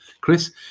Chris